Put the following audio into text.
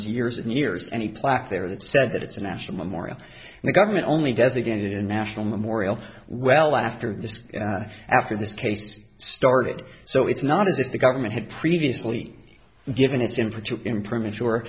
years and years and a plaque there that said that it's a national memorial and the government only designated a national memorial well after this after this case started so it's not as if the government had previously given its input to improvement sure